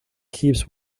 keeps